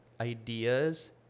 ideas